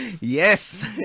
Yes